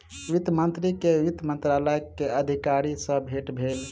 वित्त मंत्री के वित्त मंत्रालय के अधिकारी सॅ भेट भेल